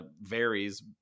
varies